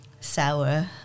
sour